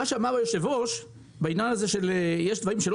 מה שאמר היושב-ראש בעניין הזה שיש דברים שלא